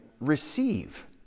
receive